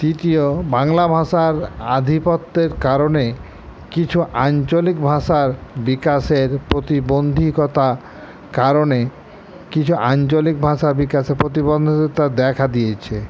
তৃতীয় বাংলা ভাষার আধিপত্যের কারণে কিছু আঞ্চলিক ভাষার বিকাশের প্রতিবন্ধকতা কারণে কিছু আঞ্চলিক ভাষার বিকাশে প্রতিবন্ধকতা দেখা দিয়েছে